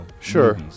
Sure